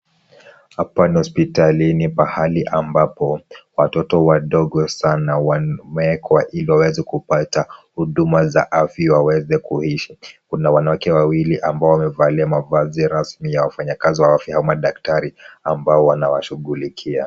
Hapa ni hospitalini pahali ambapo watoto wadogo sana wamewekwa ili waweze kupata huduma za afya waweze kuishi ,kuna wanawake wawili ambao wamevalia mavazi rasmi ya wafanyikazi au madaktari ambao wanawashughulikia.